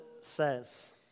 says